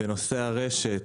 בנושא הרשת,